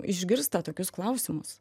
išgirsta tokius klausimus